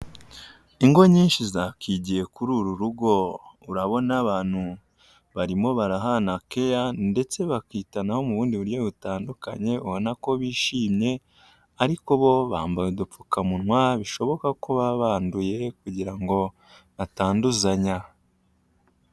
Ingo nyinshi zakigiye kuri uru rugo urabona abantu barimo barahana keya ndetse bakitanaho mu bundi buryo butandukanye, ubona ko bishimye ariko bo bambaye udupfukamunwa bishoboka ko baba banduye kugira ngo atanduzanya.